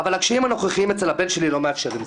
אבל הקשיים הנוכחיים אצל הבן שלי לא מאפשרים זאת.